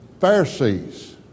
Pharisees